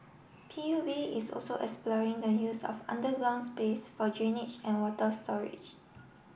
P U B is also exploring the use of underground space for drainage and water storage